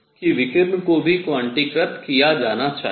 कि विकिरण को भी क्वांटीकृत किया जाना चाहिए